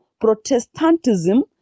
Protestantism